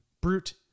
brute –